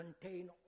contain